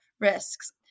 risks